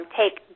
take